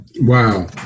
Wow